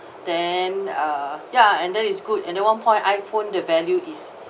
then uh ya and then it's good and then one point iphone the value is